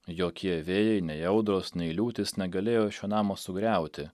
jokie vėjai nei audros nei liūtys negalėjo šio namo sugriauti